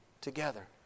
together